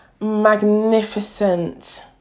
magnificent